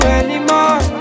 anymore